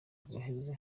guheze